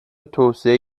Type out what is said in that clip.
توسعه